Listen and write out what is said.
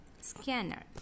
scanner